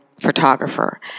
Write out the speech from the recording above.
photographer